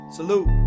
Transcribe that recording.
Salute